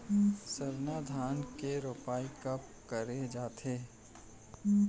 सरना धान के रोपाई कब करे जाथे?